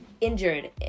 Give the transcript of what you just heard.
injured